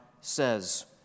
says